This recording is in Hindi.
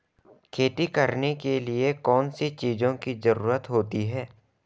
खेती करने के लिए कौनसी चीज़ों की ज़रूरत होती हैं?